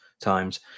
times